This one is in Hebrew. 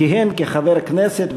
כיהן כחבר הכנסת,